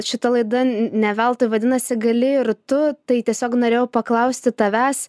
šita laida ne veltui vadinasi gali ir tu tai tiesiog norėjau paklausti tavęs